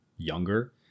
younger